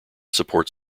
support